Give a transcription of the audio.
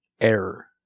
error